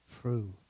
true